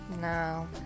No